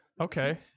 Okay